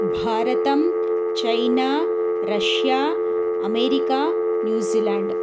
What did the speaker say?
भारतं China Russia America New Zealand